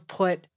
put